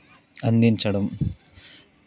అందించడం